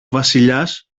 βασιλιάς